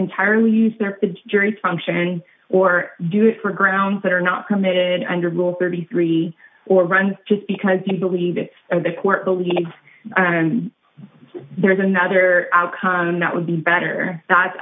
entirely use their jury function or do it for grounds that are not committed under rule thirty three or runs just because he believes the court believes there's another outcome that would be better